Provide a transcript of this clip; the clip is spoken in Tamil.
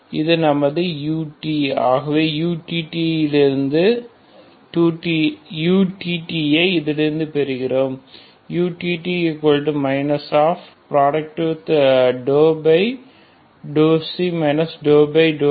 இது நமது ut ஆகவே uttஐ இதிலிருந்து பெறுகிறோம் utt c c